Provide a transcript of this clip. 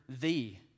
thee